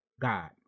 God